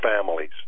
families